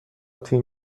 تیم